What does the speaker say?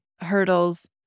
hurdles